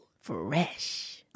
Fresh